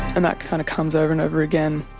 and that kind of comes over and over again,